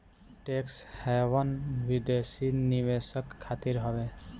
tax haven विदेशी निवेशक खातिर हवे